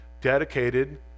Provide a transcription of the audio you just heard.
dedicated